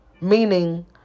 Meaning